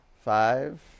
Five